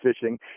fishing